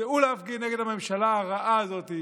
צאו להפגין נגד הממשלה הרעה הזאת,